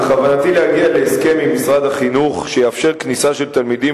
בכוונתי להגיע להסכם עם משרד החינוך שיאפשר כניסה של תלמידים